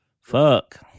Fuck